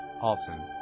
Alton